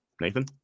Nathan